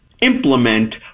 implement